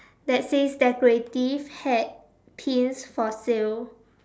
that says decorative hats pins for sale